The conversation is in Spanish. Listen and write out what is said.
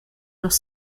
los